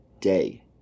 day